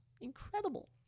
incredible